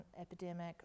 epidemic